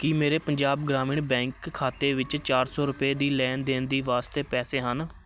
ਕੀ ਮੇਰੇ ਪੰਜਾਬ ਗ੍ਰਾਮੀਣ ਬੈਂਕ ਖਾਤੇ ਵਿੱਚ ਚਾਰ ਸੌ ਰੁਪਏ ਦੀ ਲੈਣ ਦੇਣ ਦੀ ਵਾਸਤੇ ਪੈਸੇ ਹਨ